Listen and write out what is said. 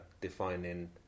defining